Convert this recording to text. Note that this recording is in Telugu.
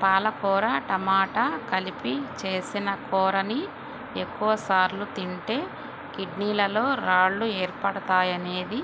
పాలకూర టమాట కలిపి చేసిన కూరని ఎక్కువ సార్లు తింటే కిడ్నీలలో రాళ్లు ఏర్పడతాయనేది